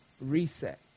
reset